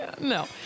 No